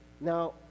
Now